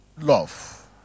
love